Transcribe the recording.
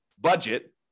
budget